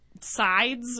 sides